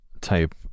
type